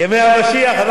ימי המשיח.